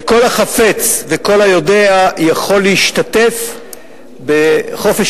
וכל החפץ וכל היודע יכול להשתתף בחופש